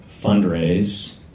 fundraise